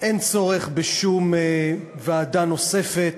אין צורך בשום ועדה נוספת